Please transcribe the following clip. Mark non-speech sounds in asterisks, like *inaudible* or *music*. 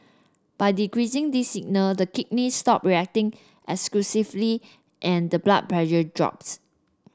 by decreasing these signal the kidneys stop reacting *unintelligible* and the blood pressure drops